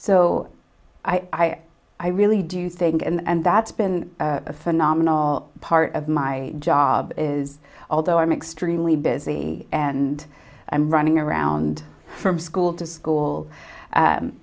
so i i really do think and that's been a phenomenal part of my job is although i'm extremely busy and i'm running around from school to school